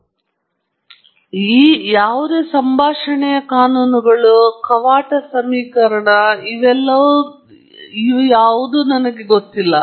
ಮತ್ತೊಂದೆಡೆ ನಾನು ಹೇಳಬಹುದು ನಿಮಗೆ ಗೊತ್ತಾ ಈ ಯಾವುದೇ ಸಂಭಾಷಣೆಯ ಕಾನೂನುಗಳು ಮತ್ತು ಕವಾಟ ಸಮೀಕರಣ ಇನ್ನೂ ನನಗೆ ಗೊತ್ತಿಲ್ಲ